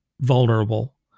vulnerable